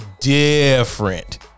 different